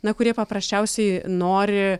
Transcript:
na kurie paprasčiausiai nori